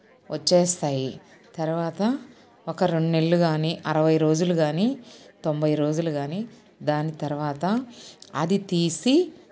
వచ్చేస్తాయి తర్వాత ఒక రెండు నెళ్ళు కానీ అరవై రోజులు కానీ తొంభై రోజులు కానీ దాని తర్వాత అది తీసి